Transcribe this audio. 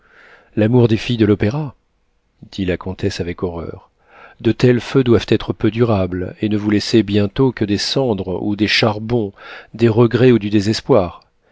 l'amour l'amour des filles de l'opéra dit la comtesse avec horreur de tels feux doivent être peu durables et ne vous laisser bientôt que des cendres ou des charbons des regrets ou du désespoir